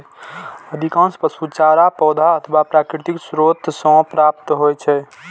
अधिकांश पशु चारा पौधा अथवा प्राकृतिक स्रोत सं प्राप्त होइ छै